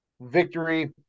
victory